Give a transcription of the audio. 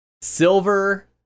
Silver